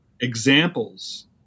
examples